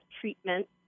treatment